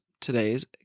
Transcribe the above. today's